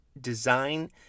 design